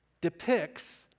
depicts